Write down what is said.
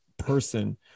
person